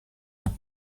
mes